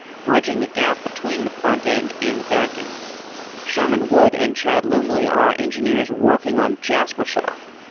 bridging the gap between the front-end and the back-end sherman wood and chad lumley are engineers working on jaspersoft,